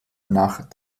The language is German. nach